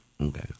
Okay